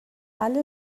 alle